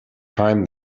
time